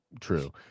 true